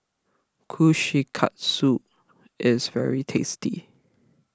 Kushikatsu is very tasty